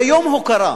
זה יום הוקרה,